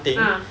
ah